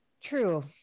True